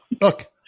Look